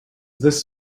this